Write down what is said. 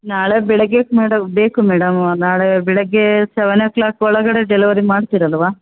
ನಾಳೆ ಬೆಳಗೇಕೆ ಮೇಡಮ್ ಬೇಕು ಮೇಡಮ್ ನಾಳೆ ಬೆಳಿಗ್ಗೇ ಸೆವೆನ್ ಓ ಕ್ಲಾಕ್ ಒಳಗಡೆ ಡೆಲಿವರಿ ಮಾಡ್ತಿರಲ್ವಾ